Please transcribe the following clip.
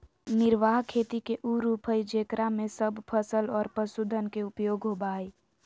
निर्वाह खेती के उ रूप हइ जेकरा में सब फसल और पशुधन के उपयोग होबा हइ